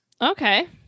okay